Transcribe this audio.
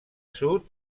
sud